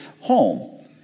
home